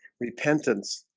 repentance,